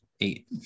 Eight